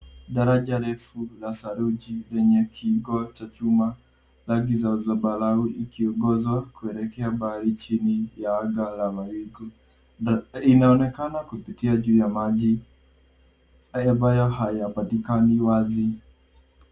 Daraja refu la saruji lenye kishikio cha chuma, rangi za zambarau ikiongozwa kuelekea bahari chini ya anga la mawingu. Inaonekana kupitia juu ya maji ambayo hayapatikani wazi.